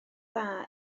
dda